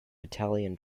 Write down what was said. italian